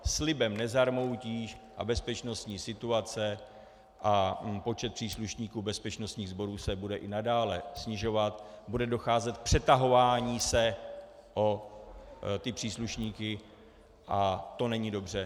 Slibem nezarmoutíš a bezpečnostní situace a počet příslušníků bezpečnostních sborů se bude i nadále snižovat, bude docházet k přetahování se o ty příslušníky a to není dobře.